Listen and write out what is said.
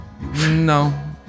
No